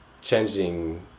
changing